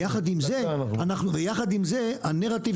יחד עם זאת, אנחנו יודעים, בפעם אחת, לדאוג